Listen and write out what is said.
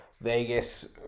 Vegas